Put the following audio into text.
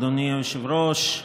אדוני היושב-ראש,